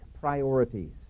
priorities